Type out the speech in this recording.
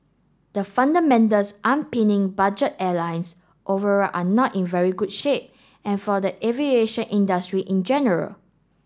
the fundamentals budget airlines overall are not in very good shape and for the aviation industry in general